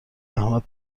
احمد